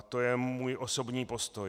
To je můj osobní postoj.